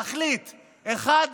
תחליט, אחד